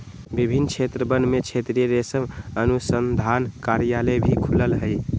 विभिन्न क्षेत्रवन में क्षेत्रीय रेशम अनुसंधान कार्यालय भी खुल्ल हई